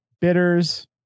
bitters